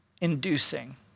inducing